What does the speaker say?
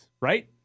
right